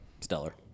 Stellar